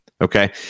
okay